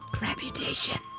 Reputation